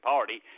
Party